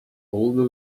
older